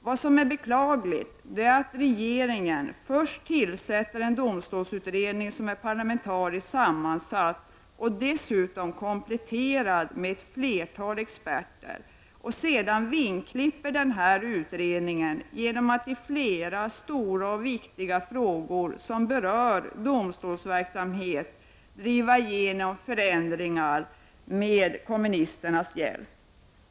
Det som är beklagligt är att regeringen först tillsätter en domstolsutredning som är parlamentariskt sammansatt och dessutom kompletterad med ett flertal experter och sedan vingklipper denna utredning genom att i flera stora och viktiga frågor som berör domstolsverksamheten driva igenom förändringar med kommunisternas hjälp.